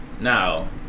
now